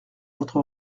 votre